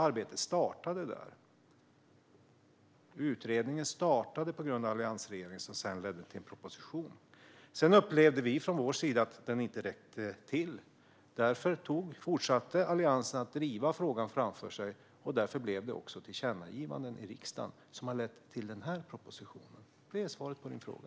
Arbetet startade och utredningen som sedan ledde till en proposition startade på grund av alliansregeringen. Vi upplevde från vår sida att den inte räckte till. Därför fortsatte Alliansen att driva frågan framför sig, och därför blev det tillkännagivanden i riksdagen som har lett till den här propositionen. Det är svaret på din fråga.